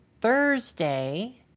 Thursday